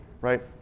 right